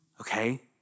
Okay